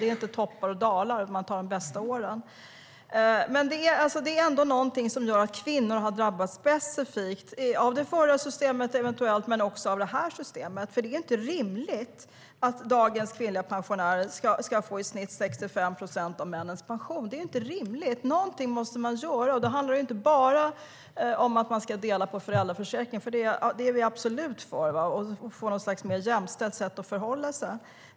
Det är inte toppar och dalar där man väljer att ta de bästa åren. Men det är ändå något som har lett till att specifikt kvinnor har drabbats, eventuellt av det förra systemet men också av det här systemet. Det är inte rimligt att dagens kvinnliga pensionärer ska få ut i snitt 65 procent av männens pensioner. Någonting måste man göra. Det handlar inte bara om att man ska dela på föräldraförsäkringen. Vi är absolut för ett mer jämställt sätt att förhålla sig.